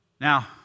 Now